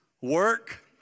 Work